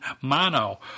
mono